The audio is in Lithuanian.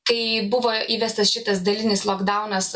kai buvo įvestas šitas dalinis lokdaunas